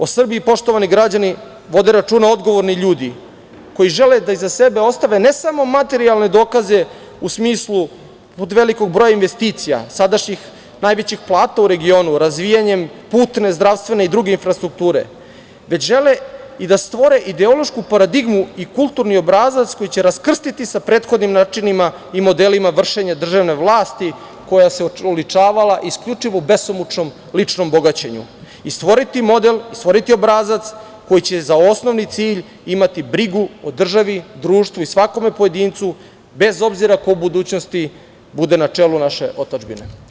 O Srbiji, poštovani građani, vode računa odgovorni ljudi koji žele da iza sebe ostave ne samo materijalne dokaze u smislu velikog broja investicija sadašnjih najvećih plata u regionu, razvijanjem putne zdravstvene i druge infrastrukture, već žele i da stvore ideološku paradigmu i kulturni obrazac koji će raskrstiti sa prethodnim načinima i modelima vršenja državne vlasti koja se oličavala isključivo u besomučnom ličnom bogaćenju, i stvoriti model i stvoriti obrazac koji će za osnovni cilj imati brigu o državi, društvu i svakom pojedincu bez obzira ko u budućnosti bude na čelu naše otadžbine.